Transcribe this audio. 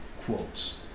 quotes